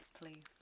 Please